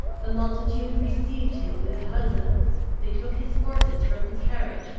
the multitude received him with huzzas, they took his horses from his carriage,